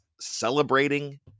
celebrating